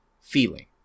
feeling